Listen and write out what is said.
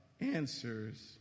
answers